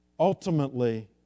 Ultimately